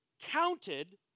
counted